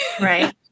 Right